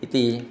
इति